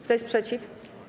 Kto jest przeciw?